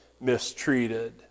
mistreated